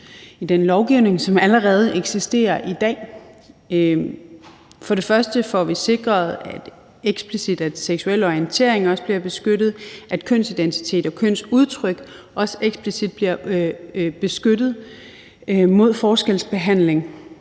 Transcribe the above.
i den lovgivning, som allerede eksisterer i dag. Vi får sikret eksplicit, at seksuel orientering også bliver beskyttet, og at kønsidentitet og kønsudtryk også eksplicit bliver beskyttet mod forskelsbehandling,